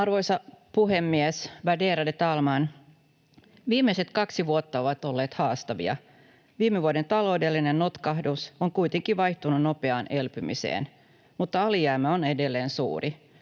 Arvoisa puhemies, värderade talman! Viimeiset kaksi vuotta ovat olleet haastavia. Viime vuoden taloudellinen notkahdus on kuitenkin vaihtunut nopeaan elpymiseen, mutta alijäämä on edelleen suuri.